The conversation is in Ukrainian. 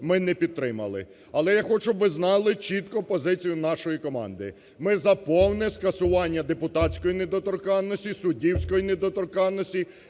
ми не підтримали. Але я хочу, щоб ви знали чітко позицію нашої команди. Ми за повне скасування депутатської недоторканності, суддівської недоторканності